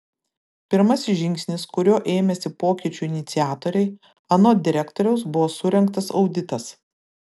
pirmasis žingsnis kurio ėmėsi pokyčių iniciatoriai anot direktoriaus buvo surengtas auditas